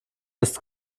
ist